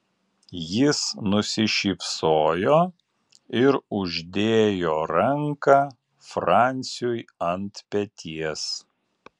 jis nusišypsojo ir uždėjo ranką franciui ant peties